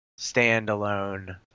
standalone